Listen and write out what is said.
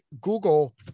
Google